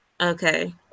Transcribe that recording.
Okay